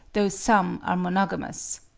though some are monogamous.